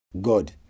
God